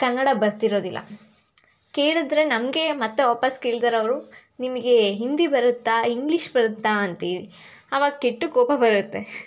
ಕನ್ನಡ ಬರ್ತಿರೋದಿಲ್ಲ ಕೇಳಿದ್ರೆ ನಮಗೇ ಮತ್ತೆ ವಾಪಸ್ ಕೇಳ್ತಾರೆ ಅವರು ನಿಮಗೆ ಹಿಂದಿ ಬರುತ್ತಾ ಇಂಗ್ಲೀಷ್ ಬರುತ್ತಾ ಅಂತೇಳಿ ಅವಾಗ ಕೆಟ್ಟ ಕೋಪ ಬರುತ್ತೆ